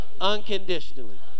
unconditionally